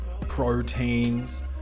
proteins